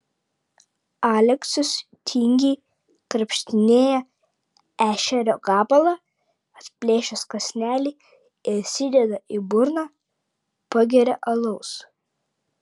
aleksius tingiai krapštinėja ešerio gabalą atplėšęs kąsnelį įsideda į burną pageria alaus